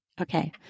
Okay